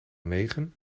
negen